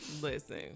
Listen